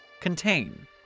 Contain